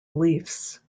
beliefs